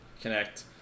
connect